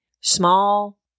small